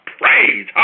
praise